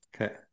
Okay